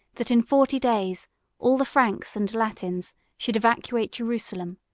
that in forty days all the franks and latins should evacuate jerusalem,